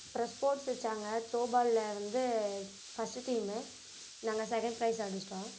அப்பறம் ஸ்போர்ட்ஸ் வச்சாங்க த்ரோ பால்ல வந்து ஃபஸ்ட்டு டீமு நாங்கள் செகண்ட் பிரைஸ் அடிச்சிட்டோம்